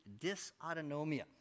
dysautonomia